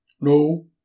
No